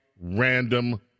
random